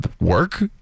Work